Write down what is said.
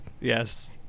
Yes